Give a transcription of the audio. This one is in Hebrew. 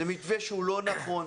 זה מתווה שהוא לא נכון.